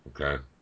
okay